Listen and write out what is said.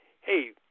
hey